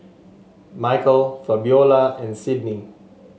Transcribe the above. Michael Fabiola and Sydnie